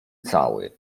cały